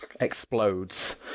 explodes